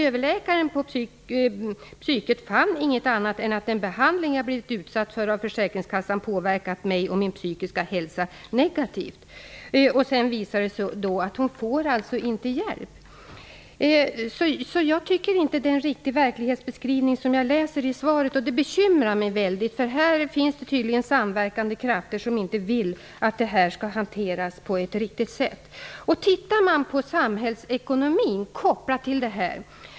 Överläkaren på psyket fann inget annat än att den behandling jag blivit utsatt för av försäkringskassan påverkat mig och min psykiska hälsa negativt. Det visar sig sedan att hon inte får hjälp. Jag tycker inte att den verklighetsbeskrivning jag läser i svaret är riktig. Det bekymrar mig väldigt. Det finns tydligen samverkande krafter som inte vill att frågan skall hanteras på ett riktigt sätt. Vi kan titta på samhällsekonomin kopplat till denna fråga.